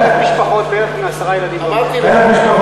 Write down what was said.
לא לא לא,